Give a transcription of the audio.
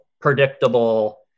predictable